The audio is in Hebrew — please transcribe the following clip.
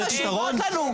זה פתרון?